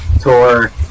Tour